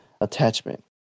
attachment